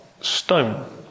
stone